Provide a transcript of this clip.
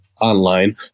online